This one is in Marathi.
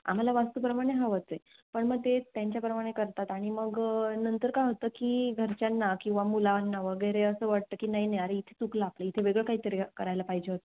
आम्हाला वास्तूप्रमाणे हवंच आहे पण मग ते त्यांच्याप्रमाणे करतात आणि मग नंतर काय होतं की घरच्यांना किंवा मुलांना वगैरे असं वाटतं की नाही नाही अरे इथे चुकलं आपलं इथे वेगळं काहीतरी करायला पाहिजे होतं